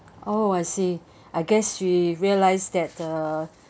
oh I see I guess she realized that the